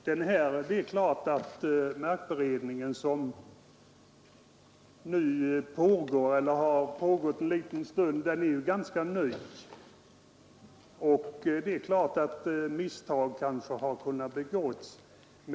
Den markberedning som nu pågår och har pågått en liten tid är ganska ny, och det är klart att misstag kanske har kunnat begås.